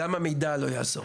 גם המידע לא יעזור.